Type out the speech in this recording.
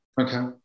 Okay